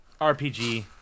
RPG